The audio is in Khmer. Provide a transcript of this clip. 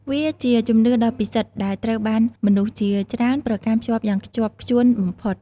វាជាជំនឿដ៏ពិសិដ្ឋដែលត្រូវបានមនុស្សជាច្រើនប្រកាន់ខ្ជាប់យ៉ាងខ្ជាប់ខ្ជួនបំផុត។